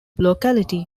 locality